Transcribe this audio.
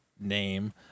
name